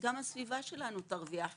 גם הסביבה שלנו תרוויח יותר,